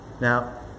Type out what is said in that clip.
Now